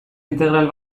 integral